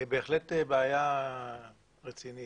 בהחלט בעיה רצינית